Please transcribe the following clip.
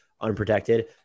unprotected